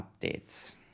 updates